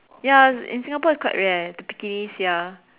ya in Singapore is quite rare the Pekingese ya